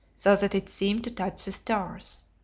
so that it seemed to touch the stars.